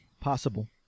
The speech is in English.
Possible